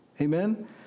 Amen